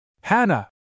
Hannah